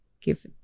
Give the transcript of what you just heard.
give